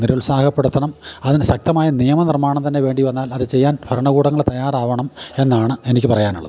നിരുത്സാഹപ്പെടുത്തണം അതിന് ശക്തമായ നിയമ നിർമ്മാണം തന്നെ വേണ്ടി വന്നാൽ അത് ചെയ്യാൻ ഭരണകൂടങ്ങൾ തയ്യാറാവണം എന്നാണ് എനിക്ക് പറയാനുള്ളത്